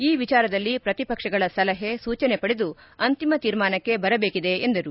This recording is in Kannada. ಈ ವಿಚಾರದಲ್ಲಿ ಪ್ರತಿಪಕ್ಷಗಳ ಸಲಹೆ ಸೂಚನೆ ಪಡೆದು ಅಂತಿಮ ತೀರ್ಮಾನಕ್ಕೆ ಬರದೇಕಿದೆ ಎಂದರು